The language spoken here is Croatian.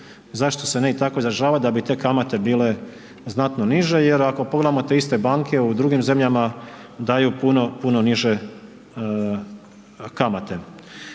zašto se ne i tako izražavat, da bi te kamate bile znatno niže. Jer ako pogledamo te iste banke u drugim zemljama daju puno niže kamate.